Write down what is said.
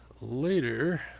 later